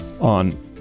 on